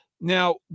Now